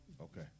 Okay